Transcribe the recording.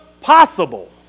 possible